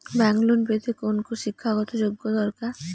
Bank loan পেতে কি কোনো শিক্ষা গত যোগ্য দরকার?